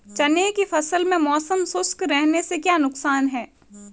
चने की फसल में मौसम शुष्क रहने से क्या नुकसान है?